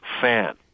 fan